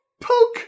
Poke